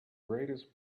greatest